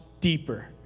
deeper